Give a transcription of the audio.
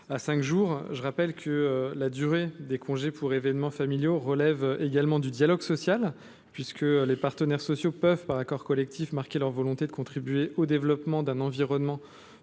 à cinq jours. Je le rappelle, la durée des congés pour événements familiaux relève également du dialogue social, puisque les partenaires sociaux peuvent, par accord collectif, marquer leur volonté de contribuer au développement d’un environnement